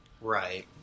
Right